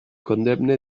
condemne